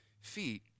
feet